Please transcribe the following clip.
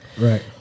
Right